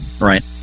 Right